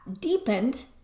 deepened